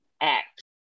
act